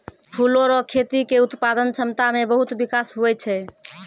फूलो रो खेती के उत्पादन क्षमता मे बहुत बिकास हुवै छै